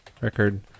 record